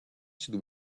should